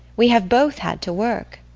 we have both had to work.